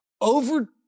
Over